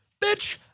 Bitch